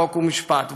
חוק ומשפט.